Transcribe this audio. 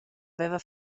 veva